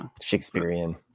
Shakespearean